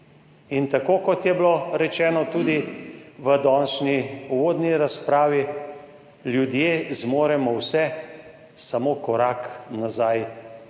In tako, kot je bilo rečeno tudi v današnji uvodni razpravi, ljudje zmoremo vse, samo korak nazaj